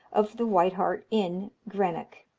of the white hart inn, greenock.